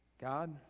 God